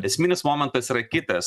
esminis momentas yra kitas